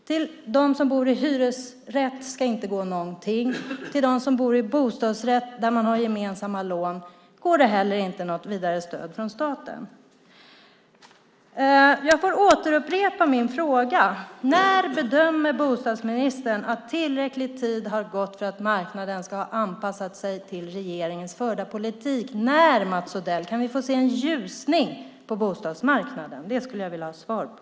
Till dem som bor i hyresrätter ska det inte gå någonting. Till dem som bor i bostadsrätter där man har gemensamma lån går det inte heller något vidare stöd från staten. Jag ska upprepa min fråga. När bedömer bostadsministern att tillräcklig tid har gått för att marknaden ska ha anpassat sig till regeringens förda politik? När, Mats Odell, kan vi få se en ljusning på bostadsmarknaden? Detta skulle jag vilja ha svar på.